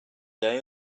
day